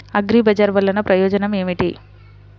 అగ్రిబజార్ వల్లన ప్రయోజనం ఏమిటీ?